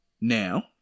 now